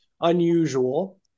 unusual